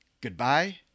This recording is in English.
Goodbye